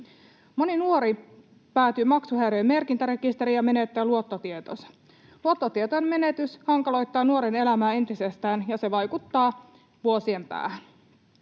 Moni nuori päätyy maksuhäiriömerkintärekisteriin ja menettää luottotietonsa. Luottotietojen menetys hankaloittaa nuoren elämää entisestään, ja se vaikuttaa vuosien päähän.